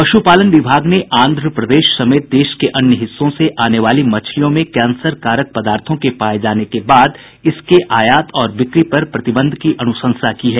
पशुपालन विभाग ने आंध्र प्रदेश समेत देश के अन्य हिस्सों से आने वाली मछलियों में कैंसरकारक पदार्थों के पाये जाने के बाद इसके आयात और बिक्री पर प्रतिबंध की अनुशंसा की है